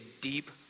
deep